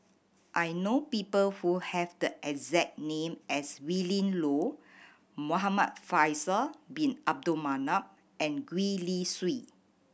I know people who have the exact name as Willin Low Muhamad Faisal Bin Abdul Manap and Gwee Li Sui